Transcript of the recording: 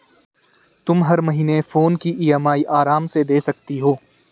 तुम हर महीने फोन की ई.एम.आई आराम से दे सकती हो